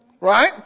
Right